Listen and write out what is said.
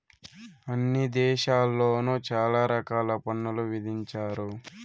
అన్ని దేశాల్లోను చాలా రకాల పన్నులు విధించారు